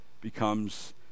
becomes